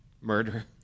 Murder